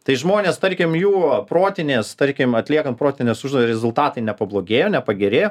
tai žmonės tarkim jų protinės tarkim atliekant protines užduotis rezultatai nepablogėjo nepagerėjo